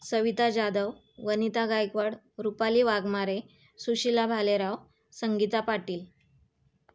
Savita Jadhav Vanita Gaikwad Rupali Waghmare Sushila Bhalerao Sangeeta Patil